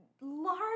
large